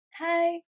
Hi